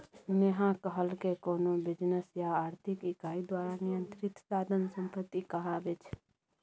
नेहा कहलकै कोनो बिजनेस या आर्थिक इकाई द्वारा नियंत्रित साधन संपत्ति कहाबै छै